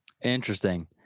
Interesting